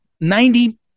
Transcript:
ninety